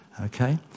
Okay